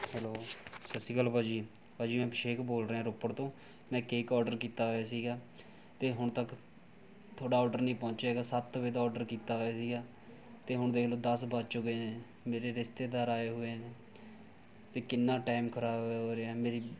hello ਸਤਿ ਸ਼੍ਰੀ ਅਕਾਲ ਭਾਅ ਜੀ ਭਾਅ ਜੀ ਮੈਂ ਅਭਿਸ਼ੇਕ ਬੋਲ ਰਿਹਾ ਰੋਪੜ ਤੋਂ ਮੈਂ ਕੇਕ ਓਡਰ ਕੀਤਾ ਹੋਇਆ ਸੀਗਾ ਅਤੇ ਹੁਣ ਤੱਕ ਤੁਹਾਡਾ ਓਡਰ ਨਹੀਂ ਪਹੁੰਚਿਆ ਹੈਗਾ ਸੱਤ ਵਜੇ ਦਾ ਓਡਰ ਕੀਤਾ ਹੋਇਆ ਸੀਗਾ ਅਤੇ ਹੁਣ ਦੇਖ ਲਉ ਦਸ ਵੱਜ ਚੁੱਕੇ ਨੇ ਮੇਰੇ ਰਿਸ਼ਤੇਦਾਰ ਆਏ ਹੋਏ ਨੇ ਅਤੇ ਕਿੰਨਾ ਟਾਈਮ ਖਰਾਬ ਹੋ ਹੋ ਰਿਹਾ ਮੇਰੀ